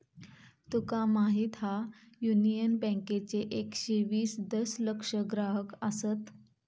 तुका माहीत हा, युनियन बँकेचे एकशे वीस दशलक्ष ग्राहक आसत